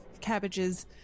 Cabbage's